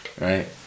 right